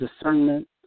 discernment